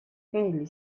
خیلی